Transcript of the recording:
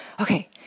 okay